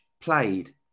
played